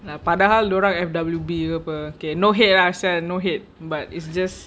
ah padahal dorang F_W_B ke apa okay no hate lah sia no hate but it's just